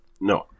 No